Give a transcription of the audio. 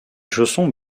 chaussons